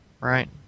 right